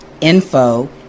info